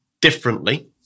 differently